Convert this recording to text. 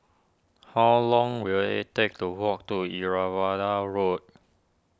how long will it take to walk to Irrawaddy Road